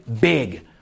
big